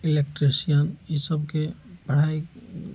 electrician ई सबके पढ़ाइ